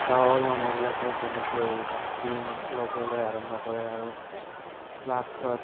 গাঁৱৰ মানুহবিলাকে যেনেকৈ বাকী ল'বলৈ আৰম্ভ কৰে আৰু লাষ্টত